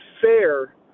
fair